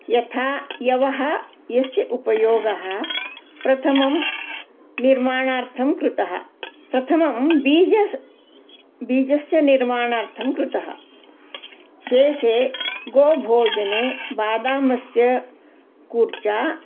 यथा यवः यस्य उपयोगः प्रथमं निर्माणार्थं कृतः प्रथमं बीजस्य बीजस्य निर्माणार्थं कृतः शेषे गोभोजने बादामस्य कूर्चा